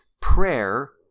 prayer